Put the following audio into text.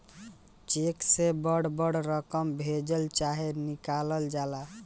check से बड़ बड़ रकम भेजल चाहे निकालल जाला